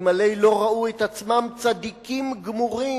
אלמלא לא ראו את עצמם צדיקים גמורים.